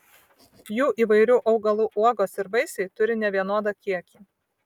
jų įvairių augalų uogos ir vaisiai turi nevienodą kiekį